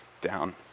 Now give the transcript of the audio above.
down